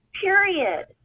period